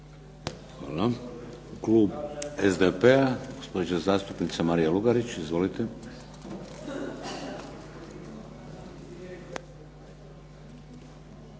Hvala. Klub SDP-a, gospođa zastupnica Marija Lugarić. Izvolite.